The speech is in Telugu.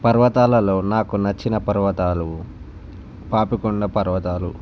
పర్వతాలలో నాకు నచ్చిన పర్వతాలు పాపికొండ పర్వతాలు